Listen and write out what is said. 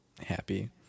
happy